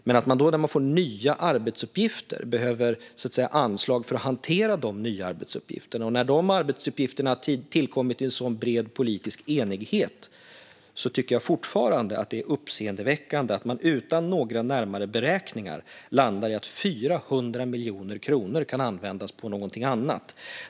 När Regeringskansliet får nya arbetsuppgifter och behöver anslag för att hantera dessa, och när dessa arbetsuppgifter har tillkommit i så pass bred politisk enighet, tycker jag fortfarande att det är uppseendeväckande att man utan några närmare beräkningar landar i att 400 miljoner kronor kan användas till någonting annat.